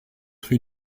rue